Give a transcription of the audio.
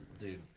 Dude